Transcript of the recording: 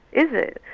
is it?